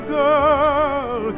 girl